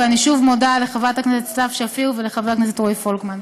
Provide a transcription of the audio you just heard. ואני שוב מודה לחברת הכנסת סתיו שפיר ולחבר הכנסת רועי פולקמן.